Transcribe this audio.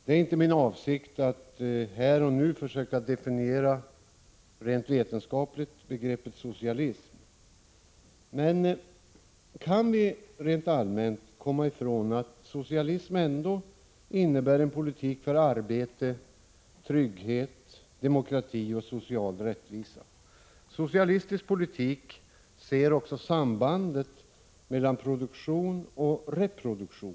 Det är inte min avsikt att här och nu försöka att rent vetenskapligt definiera begreppet socialism, men vi kan rent allmänt ändå inte komma ifrån att socialism innebär en politik för arbete, trygghet, demokrati och social rättvisa. Socialistisk politik ser också sambandet mellan produktion och reproduktion.